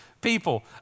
people